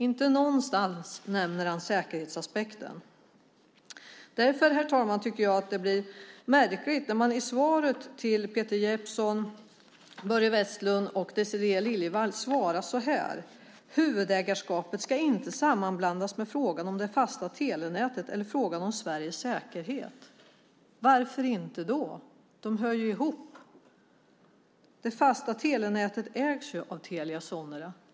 Inte någonstans nämner han säkerhetsaspekten. Därför, herr talman, tycker jag att det blir märkligt när man i svaret till Peter Jeppsson, Börje Vestlund och Désirée Liljevall svarar att huvudägarskapet inte ska sammanblandas med frågan om det fasta telenätet eller frågan om Sveriges säkerhet. Varför inte? De hör ihop. Det fasta telenätet ägs av Telia Sonera.